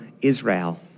Israel